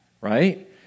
right